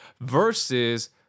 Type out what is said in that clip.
versus